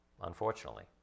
unfortunately